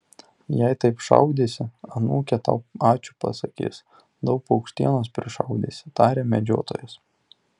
jei taip šaudysi anūkė tau ačiū pasakys daug paukštienos prišaudysi tarė medžiotojas